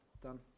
Done